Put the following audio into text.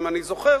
אם אני זוכר,